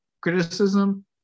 criticism